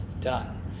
done